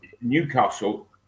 Newcastle